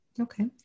Okay